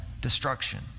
destruction